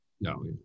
No